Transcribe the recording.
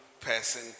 person